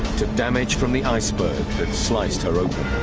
to damage from the iceberg that sliced her open.